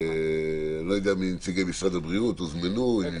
אני לא יודע אם נציגי משרד הבריאות נמצאים